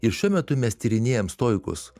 ir šiuo metu mes tyrinėjam stoikus